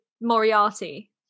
moriarty